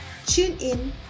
TuneIn